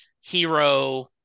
hero